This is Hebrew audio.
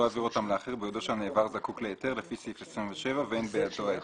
יעביר אותם לאחר ביודעו שהנעבר זקוק להיתר לפי סעיף 27 ואין בידו ההיתר.